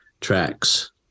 tracks